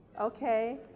okay